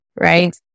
right